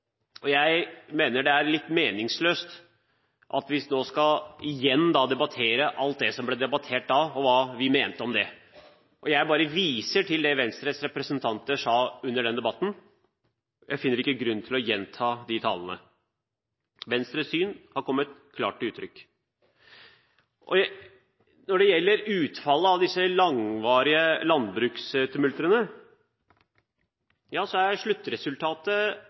priskontrollen. Jeg mener det er litt meningsløst at vi nå igjen skal debattere alt det som ble debattert da, og hva vi mente om det. Jeg bare viser til det Venstres representanter sa under den debatten. Jeg finner ikke grunn til å gjenta de talene. Venstres syn har kommet klart til uttrykk. Når det gjelder utfallet av disse langvarige landbrukstumultene, er sluttresultatet